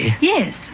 Yes